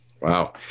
wow